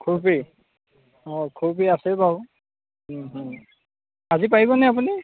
খুৰ্পি অ খুৰ্পি আছে বাৰু ওম ওম আজি পাৰিবনে আপুনি